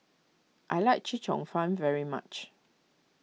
I like Chee Cheong Fun very much